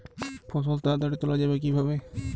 ফসল তাড়াতাড়ি তোলা যাবে কিভাবে?